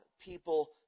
people